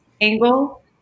angle